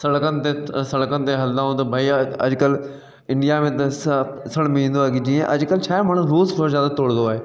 सड़कनि ते सड़कनि ते हलंदा आहियूं त भैया अॼुकल्ह इंडिया में त सभु ॾिसण में ईंदो आहे कि जीअं अॼु ल छा आहे माण्हू रुल्स थोरो ज्यादा तोड़ंदो आहे